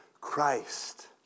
Christ